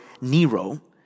nero